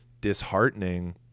disheartening